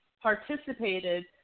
participated